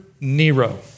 Nero